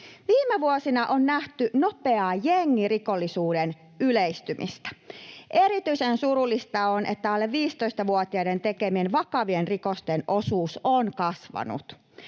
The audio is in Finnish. Viime vuosina on nähty nopeaa jengirikollisuuden yleistymistä. Erityisen surullista on, että alle 15-vuotiaiden tekemien vakavien rikosten osuus on kasvanut.